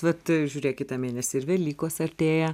vat žiūrėk kitą mėnesį ir velykos artėja